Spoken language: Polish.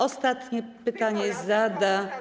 Ostatnie pytanie zada.